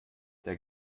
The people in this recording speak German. der